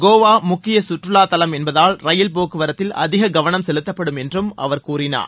கோவா முக்கிய கற்றுவா தலம் என்பதால் ரயில் போக்குவரத்தில் அதிக கவனம் செலுத்தப்படும் என்றும் அவர் கூறினார்